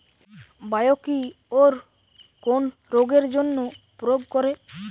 Biocure কোন রোগেরজন্য প্রয়োগ করে?